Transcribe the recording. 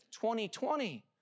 2020